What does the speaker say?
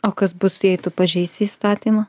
o kas bus jei tu pažeisi įstatymą